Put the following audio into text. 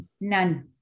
None